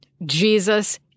Jesus